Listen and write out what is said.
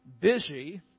busy